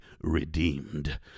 redeemed